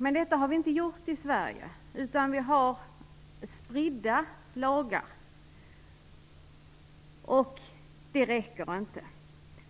Men detta har vi inte följt i Sverige, utan vi har spridda lagar, vilket inte är tillräckligt.